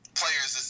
players